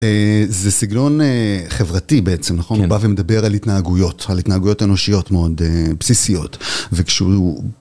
זה סגנון חברתי בעצם, נכון? הוא בא ומדבר על התנהגויות, על התנהגויות אנושיות מאוד בסיסיות, וכשהוא...